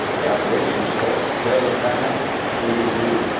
the operations clerk, hey, pan am we do for you?